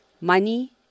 money